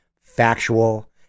factual